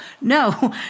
No